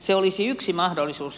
se olisi yksi mahdollisuus